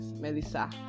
melissa